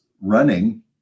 running